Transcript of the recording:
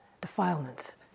defilements